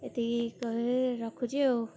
ଏତିକି କହି ରଖୁଛି ଆଉ